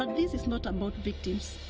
um this is not about victims.